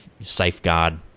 safeguard